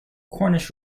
cornish